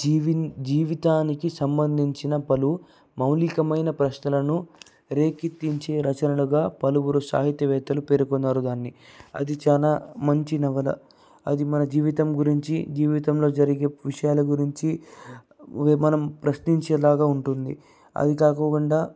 జీవిని జీవితానికి సంబంధించిన పలు మౌలికమైన ప్రశ్నలను రేకెత్తించే రచనలుగా పలువురు సాహిత్యవేత్తలు పేర్కొన్నారు దాన్ని అది చాలా మంచి నవల అది మన జీవితం గురించి జీవితంలో జరిగే విషయాల గురించి మనం ప్రశ్నించే లాగా ఉంటుంది అది కాకుండా